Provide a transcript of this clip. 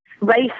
race